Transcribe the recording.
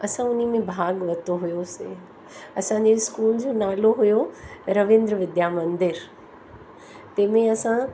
असां हुन में भाॻु वरितो हुयोसीं असांजी स्कूल जो नालो हुओ रविंद्र विद्द्या मंदर तंहिं में असां